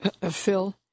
Phil